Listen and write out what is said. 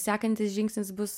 sekantis žingsnis bus